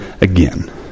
again